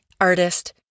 artist